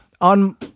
On